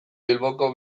bilboko